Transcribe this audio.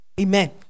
Amen